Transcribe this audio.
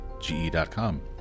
ge.com